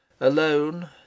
alone